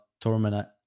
tournament